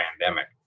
pandemic